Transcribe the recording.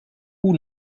who